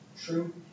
True